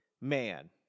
man